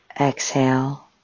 exhale